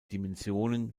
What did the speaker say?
dimensionen